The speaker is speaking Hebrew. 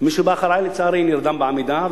מי שבא אחרי לצערי נרדם בעמידה,